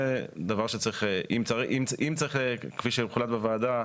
זה דבר שאם צריך, כפי שהוחלט בוועדה,